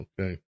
okay